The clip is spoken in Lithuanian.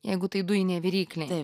jeigu tai dujinė viryklė